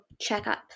checkup